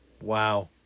Wow